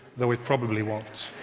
though it probably won't.